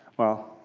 well,